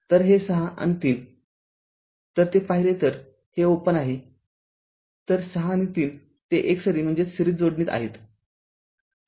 तर हे ६ आणि ३ तर ते पाहिले तर हे ओपन आहे तर ६ आणि ३ ते एकसरी जोडणीत आहेत